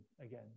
again